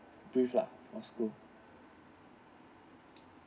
brief lah from school